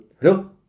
hello